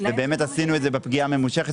באמת עשינו את זה בפגיעה הממושכת,